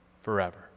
forever